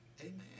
Amen